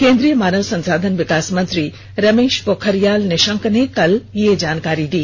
केन्द्रीय मानव संसाधन विकास मंत्री रमेश पोखरियाल निशंक ने कल यह जानकारी दी